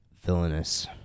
Villainous